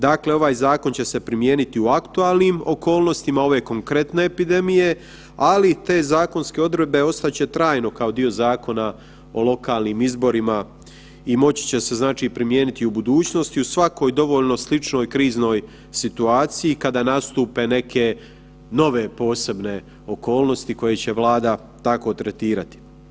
Dakle ovaj zakon će se primijeniti u aktualnim okolnostima, ove konkretne epidemije, ali te zakonske odredbe ostat će trajno kao dio Zakona o lokalnim izborima i moći će se primijeniti u budućnosti u svakoj dovoljno sličnoj kriznoj situaciji kada nastupe neke nove posebne okolnosti koje će Vlada tako tretirati.